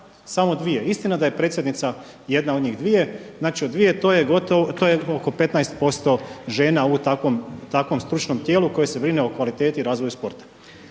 samo dvije, istina da je predsjednica jedna od njih dvije, znači od dvije to je gotovo, to je oko 15% žena u takvom, takvom stručnom tijelu koje se brine o kvaliteti i razvoju sporta.